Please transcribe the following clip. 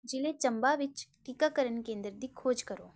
ਜ਼ਿਲੇ ਚੰਬਾ ਵਿੱਚ ਟੀਕਾਕਰਨ ਕੇਂਦਰ ਦੀ ਖੋਜ ਕਰੋ